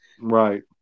Right